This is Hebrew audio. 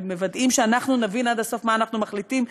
ומוודאים שאנחנו מבינים עד הסוף מה אנחנו מחליטים,